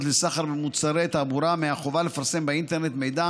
לסחר במוצרי תעבורה מהחובה לפרסם באינטרנט מידע